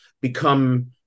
become